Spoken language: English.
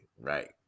Right